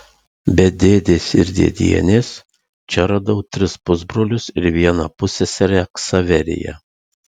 be dėdės ir dėdienės čia radau tris pusbrolius ir vieną pusseserę ksaveriją